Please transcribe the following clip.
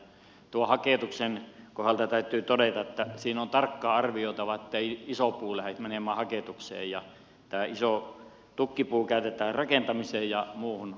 tuon haketuksen kohdalta täytyy todeta että siinä on tarkkaan arvioitava ettei iso puu lähde menemään haketukseen ja tämä iso tukkipuu käytetään rakentamiseen ja muuhun tarveaineeksi